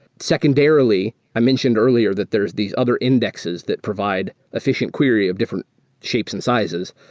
secondarily, i mentioned earlier that there are these other indexes that provide efficient query of different shapes and sizes.